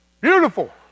Beautiful